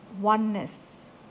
oneness